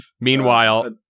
Meanwhile